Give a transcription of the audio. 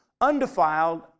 undefiled